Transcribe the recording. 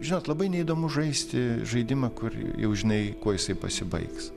žinot labai neįdomu žaisti žaidimą kur jau žinai kuo jisai pasibaigs